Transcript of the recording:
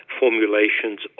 formulations